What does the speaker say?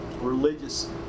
Religious